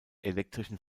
elektrischen